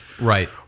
Right